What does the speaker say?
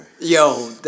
Yo